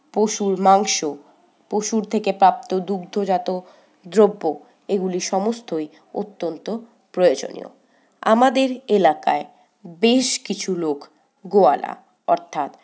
পশুর মাংস পশুর থেকে প্রাপ্ত দুগ্ধজাত দ্রব্য এগুলি সমস্তই অত্যন্ত প্রয়োজনীয় আমাদের এলাকায় বেশকিছু লোক গোয়ালা অর্থাৎ